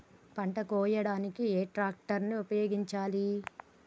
పంట కోయడానికి ఏ ట్రాక్టర్ ని ఉపయోగించాలి?